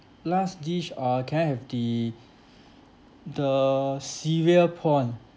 last dish uh can I have the the cereal prawn